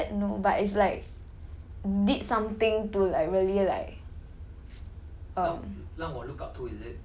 oh so 没有人干扰干扰 is it that word no but it's like did something to like really like